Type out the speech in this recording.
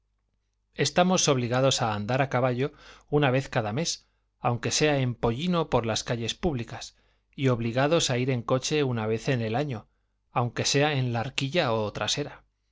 estamos obligados a andar a caballo una vez cada mes aunque sea en pollino por las calles públicas y obligados a ir en coche una vez en el año aunque sea en la arquilla o trasera